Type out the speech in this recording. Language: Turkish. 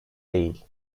değil